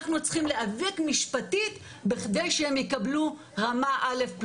אנחנו צריכים להיאבק משפטית בכדי שהם יקבלו רמה א' פלוס.